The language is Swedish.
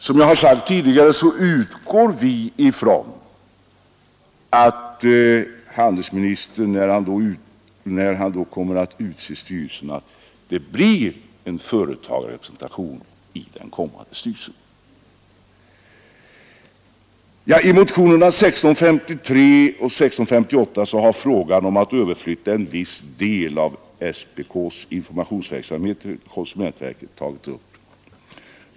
Som jag tidigare har sagt utgår vi från att handelsministern ser till att det blir en företagarrepresentation i den kommande styrelsen. I motionerna 1653 och 1658 har frågan om att överflytta en viss del av SPK:s informationsverksamhet till konsumentverket tagits upp.